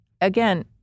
Again